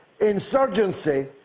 insurgency